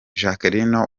jacqueline